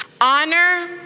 Honor